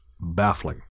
baffling